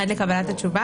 עד לקבלת התשובה.